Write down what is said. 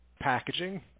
packaging